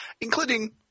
including